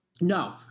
No